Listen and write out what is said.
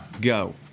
go